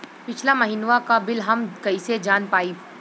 पिछला महिनवा क बिल हम कईसे जान पाइब?